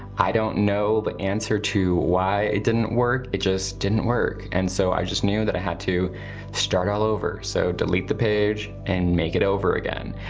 i don't know the answer to why it didn't work, it just didn't work. and so i just knew that i had to start all over. so delete the page and make it over again.